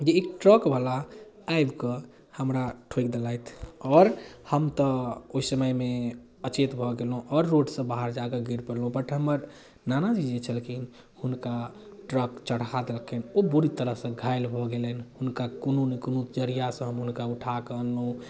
एक ट्रकवला आबिकऽ हमरा ठोकि देलथि आओर हम तऽ ओहि समयमे अचेत भऽ गेलहुँ आओर रोडसँ बाहर जाकर गिर पड़लहुँ बट हमर नानाजी जे छलखिन हुनका ट्रक चढ़ा देलकनि ओ बुरी तरहसँ घायल भऽ गेलनि हुनका कोनो ने कोनो जरिआसँ हम हुनका उठाकऽ अनलहुँ